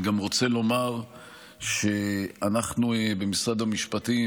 אני גם רוצה לומר שאנחנו במשרד המשפטים,